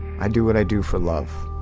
i do what i do for love.